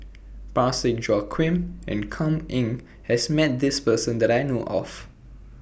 Parsick Joaquim and Kam Ning has Met This Person that I know of